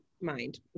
mind